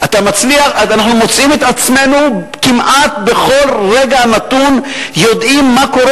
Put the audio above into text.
אנחנו מוצאים את עצמנו כמעט בכל רגע נתון יודעים מה קורה